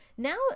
Now